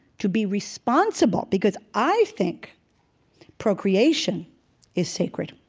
to be responsible, because i think procreation is sacred